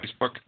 Facebook